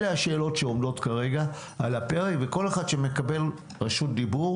אלה השאלות שעומדות כרגע על הפרק וכל אחד שמקבל רשות דיבור,